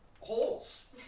holes